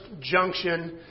junction